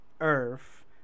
Earth